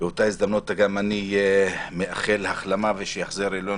באותה הזדמנות אני גם מאחל החלמה לחברנו